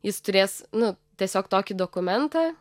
jis turės nu tiesiog tokį dokumentą